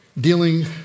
Dealing